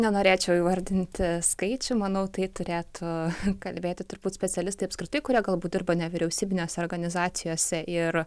nenorėčiau įvardinti skaičių manau tai turėtų kalbėti turbūt specialistai apskritai kurie galbūt dirba nevyriausybinėse organizacijose ir